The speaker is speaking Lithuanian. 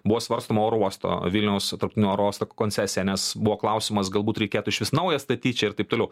buvo svarstoma oro uosto vilniaus tarptautinio oro uosto koncesija nes buvo klausimas galbūt reikėtų išvis naują statyt čia ir taip toliau